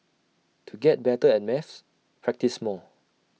to get better at maths practise more